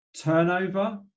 turnover